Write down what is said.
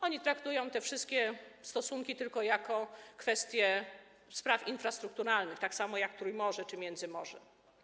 Oni traktują te wszystkie stosunki tylko jako kwestię spraw infrastrukturalnych, tak samo jak Trójmorze czy Międzymorze.